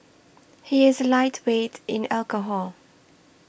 he is a lightweight in alcohol